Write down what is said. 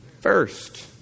first